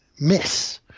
miss